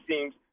seems